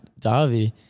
Davi